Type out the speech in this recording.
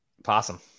possum